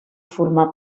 formar